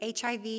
HIV